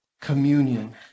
communion